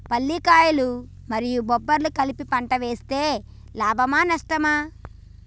పల్లికాయలు మరియు బబ్బర్లు కలిపి పంట వేస్తే లాభమా? నష్టమా?